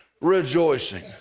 rejoicing